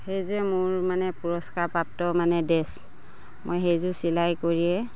সেইযে মোৰ মানে পুৰস্কাৰ প্ৰাপ্ত মানে ড্ৰেছ মই সেইযোৰ চিলাই কৰিয়ে